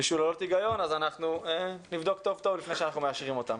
משוללות היגיון אז אנחנו נבדוק טוב טוב לפני שאנחנו מאשרים אותן.